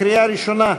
לקריאה ראשונה.